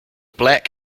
black